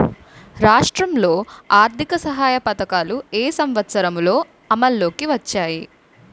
రాష్ట్రంలో ఆర్థిక సహాయ పథకాలు ఏ సంవత్సరంలో అమల్లోకి వచ్చాయి?